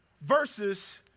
versus